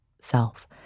self